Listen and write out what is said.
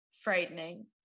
frightening